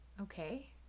Okay